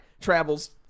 travels